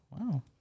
Wow